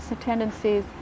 tendencies